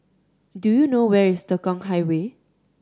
do you know where is Tekong Highway